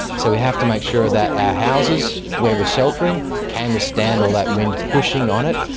so, we have to make sure that our houses where we're sheltering can withstand all that wind pushing on it.